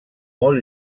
molt